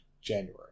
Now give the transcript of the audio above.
January